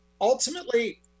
ultimately